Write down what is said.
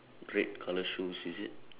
red colour shoes is it